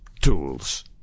tools